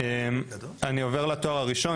אני עובר לתואר הראשון,